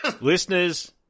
listeners